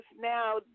Now